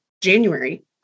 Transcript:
January